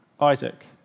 Isaac